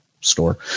store